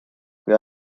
kui